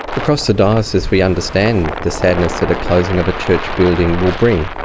across the diocese we understand the sadness that a closing of a church building will bring.